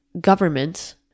government